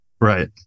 right